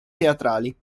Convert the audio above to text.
teatrali